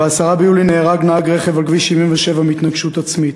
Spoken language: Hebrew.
ב-10 ביולי נהרג נהג רכב על כביש 77 בהתנגשות עצמית.